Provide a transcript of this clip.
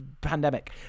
pandemic